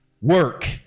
work